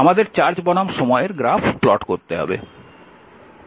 আমাদের চার্জ বনাম সময়ের গ্রাফ প্লট করতে হবে